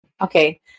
okay